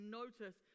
notice